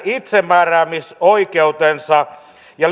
itsemääräämisoikeus ja